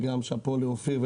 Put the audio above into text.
וגם שאפו לאופיר,